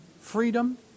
freedom